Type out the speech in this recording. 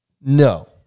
no